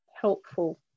helpful